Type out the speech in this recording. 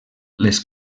les